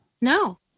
No